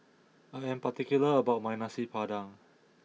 I am particular about my Nasi Padang